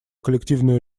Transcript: коллективную